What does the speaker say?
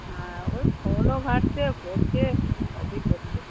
হ্যাঁ ওই ফোনও ঘাটছে পড়ছে সবই করছে